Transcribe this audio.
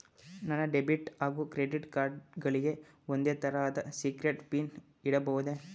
ನನ್ನ ಡೆಬಿಟ್ ಹಾಗೂ credit card ಗಳಿಗೆ ಒಂದೇ ತರಹದ ಸೀಕ್ರೇಟ್ ಪಿನ್ ಇಡಬಹುದೇ?